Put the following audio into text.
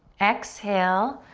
exhale.